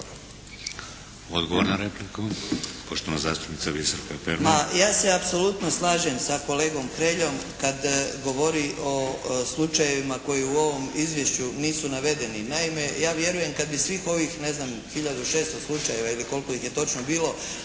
Odgovor na repliku poštovana zastupnica Biserka Perman.